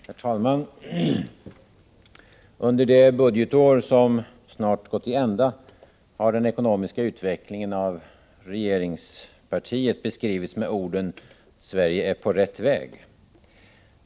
Herr talman! Under det budgetår som snart gått till ända har den ekonomiska utvecklingen av regeringen beskrivits med orden ”Sverige är på rätt väg”.